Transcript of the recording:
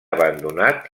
abandonat